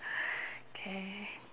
K